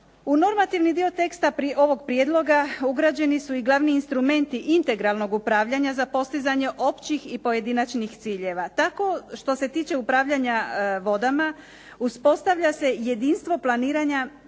U normativni dio teksta ovog prijedloga ugrađeni su i glavni instrumenti integralnog upravljanja za postizanje općih i pojedinačnih ciljeva. Tako što se tiče upravljanja vodama uspostavlja se jedinstvo planiranja